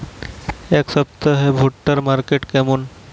এই সপ্তাহে ভুট্টার মার্কেট কেমন?